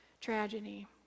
tragedy